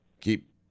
Keep